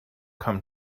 come